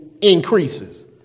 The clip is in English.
increases